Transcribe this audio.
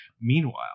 meanwhile